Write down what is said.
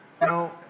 No